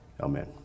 Amen